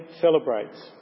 celebrates